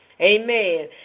Amen